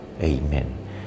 Amen